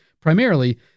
primarily